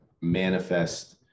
manifest